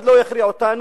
אף אחד לא הכריע אותנו,